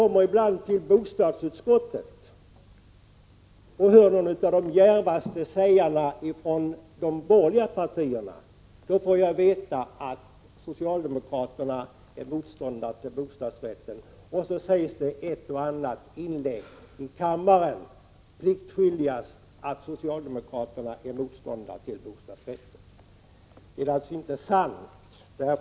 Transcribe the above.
Men i bostadsutskottet får jag höra några av de djärvaste från de borgerliga partierna säga, att socialdemokraterna är motståndare till bostadsrätten. Så sägs även pliktskyldigast i ett och annat inlägg i kammaren. Detta är alltså inte sant.